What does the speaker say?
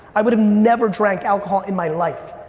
i would've never drank alcohol in my life.